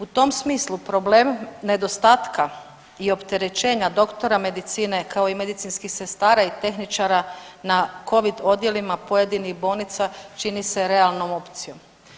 U tom smislu problem nedostatka i opterećenje doktora medicine kao i medicinskih sestara i tehničara na Covid odjelima pojedinih bolnica čini se realnom opcijom.